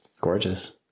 gorgeous